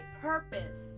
purpose